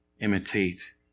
imitate